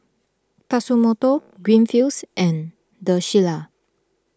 Tatsumoto Greenfields and the Shilla